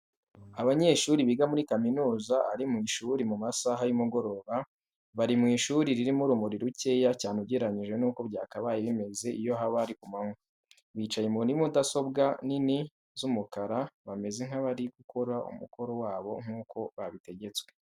Abanyeshuri biga muri kaminuza ari mu ishuri mu masaha y'umugoroba. Bari mu ishuri ririmo urumuri rukeya cyane ugereranyije n'uko byakabaye bimeze iyo haba ari kumanywa. Bicaye kuri mudasobwa nini z'umukara bameze nkabari gukora umukoro wabo nkuko babitegetswe.